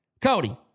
Cody